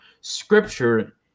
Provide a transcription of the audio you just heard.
Scripture